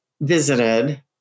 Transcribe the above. visited